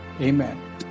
Amen